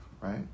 Right